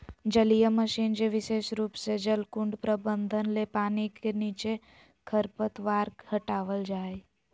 जलीय मशीन जे विशेष रूप से जलकुंड प्रबंधन ले पानी के नीचे खरपतवार हटावल जा हई